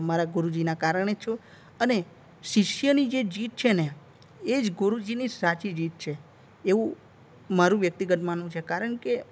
મારા ગુરુજીના કારણે છું અને શિષ્યની જે જીત છે ને એ જ ગુરુજીની સાચી જીત છે એવું મારું વ્યક્તિગત માનવું છે કારણ કે